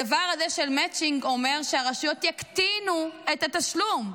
הדבר הזה של מצ'ינג אומר שהרשויות יקטינו את התשלום.